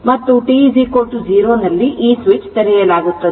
ಮತ್ತು t 0 ನಲ್ಲಿ ಈ ಸ್ವಿಚ್ ತೆರೆಯಲಾಗುತ್ತದೆ